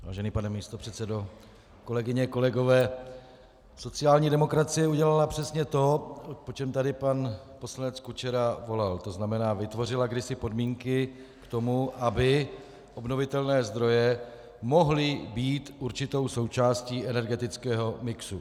Vážený pane místopředsedo, kolegyně, kolegové, sociální demokracie udělala přesně to, po čem tady pan poslanec Kučera volal, tzn. vytvořila kdysi podmínky k tomu, aby obnovitelné zdroje mohly být určitou součástí energetického mixu.